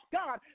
god